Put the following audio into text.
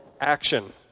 action